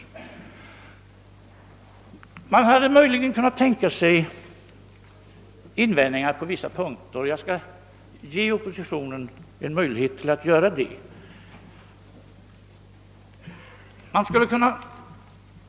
Möjligen hade det kunnat resas invändningar på vissa punkter och jag skall ge oppositionen tillfälle att här komma med dessa invändningar.